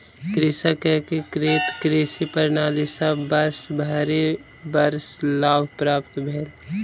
कृषक के एकीकृत कृषि प्रणाली सॅ वर्षभरि वर्ष लाभ प्राप्त भेल